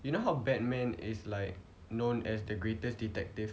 you know how batman is like known as the greatest detective